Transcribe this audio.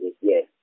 yes